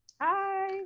Hi